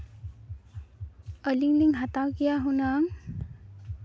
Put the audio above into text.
ᱟᱹᱞᱤᱧ ᱞᱤᱧ ᱦᱟᱛᱟᱣ ᱠᱮᱜᱼᱟ ᱦᱩᱱᱟᱹᱝ